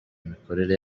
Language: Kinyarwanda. imikorere